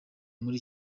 muri